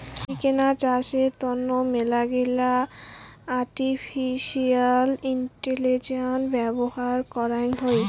আজিকেনা চাষের তন্ন মেলাগিলা আর্টিফিশিয়াল ইন্টেলিজেন্স ব্যবহার করং হই